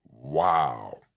Wow